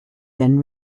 then